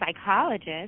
psychologist